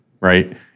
Right